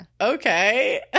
okay